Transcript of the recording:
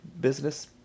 business